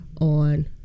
on